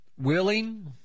willing